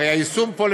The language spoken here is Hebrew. הרי היישום פה,